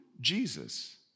Jesus